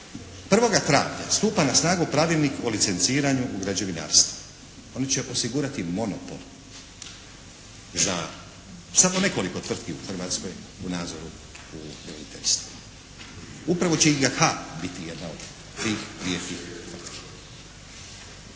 1. travnja stupa na snagu Pravilnik o licenciranju u građevinarstvo, oni će osigurati monopol, za samo nekoliko tvrtki u Hrvatskoj u nadzoru u …/Govornik se ne razumije./… Upravo će IGH biti jedna od tih dvije firme.